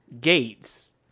Gates